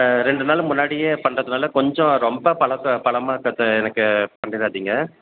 ஆ ரெண்டு நாள் முன்னாடியே பண்ணுறதுனால கொஞ்சம் ரொம்ப பழசு பழமாக சொத்த எனக்கு பண்ணிடாதிங்க